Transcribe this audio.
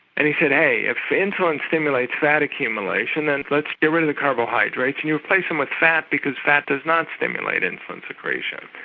and he if insulin stimulates fat accumulation, then let's get rid of the carbohydrates. and you replace them with fat because fat does not stimulate insulin secretion.